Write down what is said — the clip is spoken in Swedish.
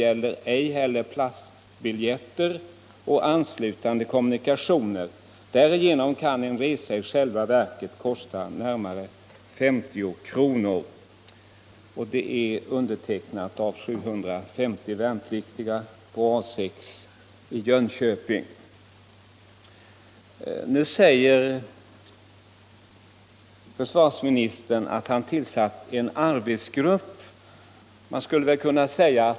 gäller ej heller platsbiljetter och anslutande kommunikationer, därigenom kan en resa i själva verket kosta närmare 50 kr.” Nu säger försvarsministern att han tillsatt en arbetsgrupp.